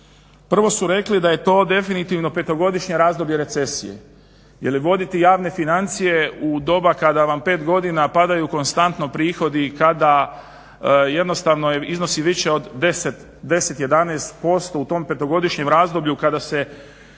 Prvo su rekli da je to definitivno petogodišnje razdoblje recesije jel voditi javne financije u doba kada vam pet godina padaju konstantno prihodi, kada jednostavno iznosi više od 10, 11% u tom petogodišnjem razdoblju kada se